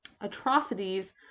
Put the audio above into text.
atrocities